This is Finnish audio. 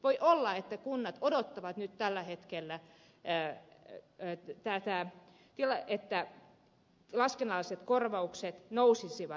voi olla että kunnat odottavat tällä hetkellä että laskennalliset korvaukset nousisivat